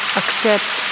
accept